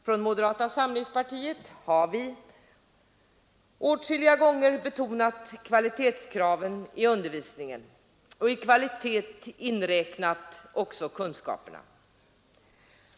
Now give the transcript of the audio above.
Från moderata samlingspartiet har vi åtskilliga gånger betonat kvalitetskraven i undervisningen och i kvalitet inräknat också kunskaperna.